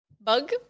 Bug